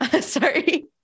Sorry